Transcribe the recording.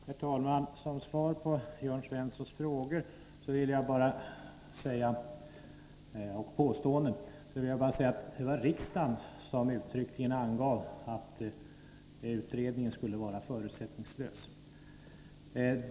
Herr talman! Som svar på Jörn Svenssons påståenden vill jag bara säga att det var riksdagen som uttryckligen angav att utredningen skulle vara förutsättningslös.